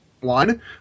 one